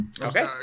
Okay